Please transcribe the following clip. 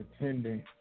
attending